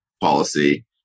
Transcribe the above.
policy